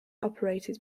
operated